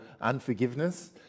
unforgiveness